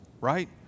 right